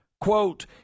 quote